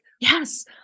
Yes